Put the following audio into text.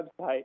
website